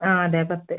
ആ അതെ പത്ത്